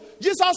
Jesus